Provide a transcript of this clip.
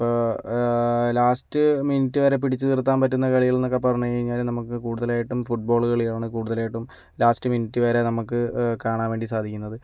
last minute വരെ പിടിച്ച് നിർത്താൻ പറ്റുന്ന കളികൾ എന്നൊക്കെ പറഞ്ഞു കഴിഞ്ഞാൽ നമുക്ക് കൂടുതലായിട്ടും ഫുട് ബോൾ കളിയാണ് കൂടുതലായിട്ടും ലാസ്റ്റ് മിനിറ്റ് വരെ നമുക്ക് കാണാൻ വേണ്ടി സാധിക്കുന്നത്